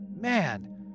Man